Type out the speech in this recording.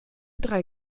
drei